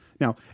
Now